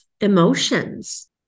emotions